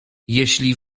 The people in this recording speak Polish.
jeśli